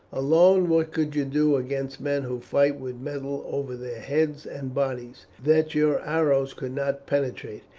alone what could you do against men who fight with metal over their heads and bodies that your arrows could not penetrate,